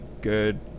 good